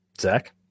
zach